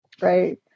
Right